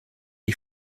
ich